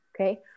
Okay